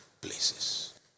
places